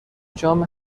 جام